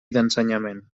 d’ensenyament